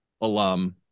alum